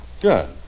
Good